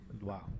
Wow